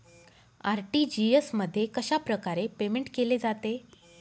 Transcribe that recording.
RTGS मध्ये कशाप्रकारे payment केले जाते?